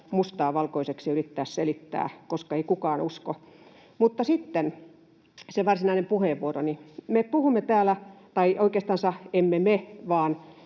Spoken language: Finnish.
mustaa valkoiseksi yrittää selittää, koska ei kukaan usko. Mutta sitten se varsinainen puheenvuoroni. Me puhumme täällä — tai oikeastansa em-me me, vaan